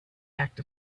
act